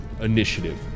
initiative